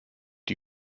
die